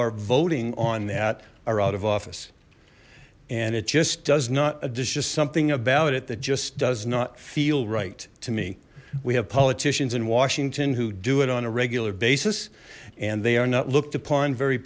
are voting on that are out of office and it just does not does just something about it that just does not feel right to me we have politicians in washington who do it on a regular basis and they are not looked upon very